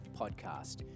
Podcast